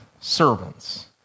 servants